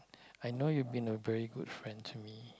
I know you've been a very good friend to me